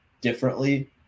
differently